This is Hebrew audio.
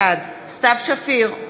בעד סתיו שפיר,